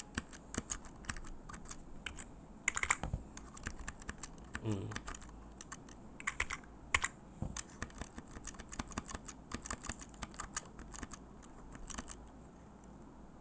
mm